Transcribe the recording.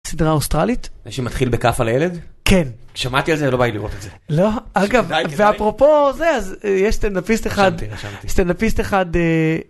סדרה אוסטרלית שמתחיל בכאפה לילד כן שמעתי על זה לא בא לי לראות את זה לא אגב ואפרופו זה אז יש את סטנדאפיסט אחד סטנדאפיסט אחד.